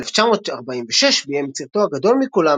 ב-1946 ביים את סרטו הגדול מכולם,